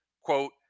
quote